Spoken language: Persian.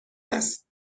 است